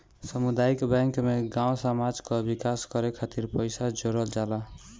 सामुदायिक बैंक में गांव समाज कअ विकास करे खातिर पईसा जोड़ल जाला